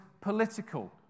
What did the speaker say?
political